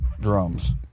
drums